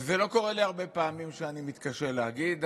ולא קורה לי הרבה פעמים שאני מתקשה להגיב.